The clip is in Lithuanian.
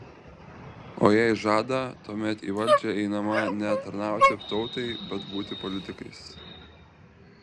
o jei žada tuomet į valdžią einama ne tarnauti tautai bet būti politikais